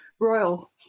royal